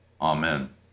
Amen